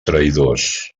traïdors